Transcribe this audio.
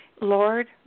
Lord